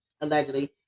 allegedly